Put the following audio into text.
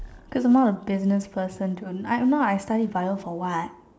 to the more of business person to I know I study Bio for what